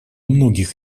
многих